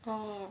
oh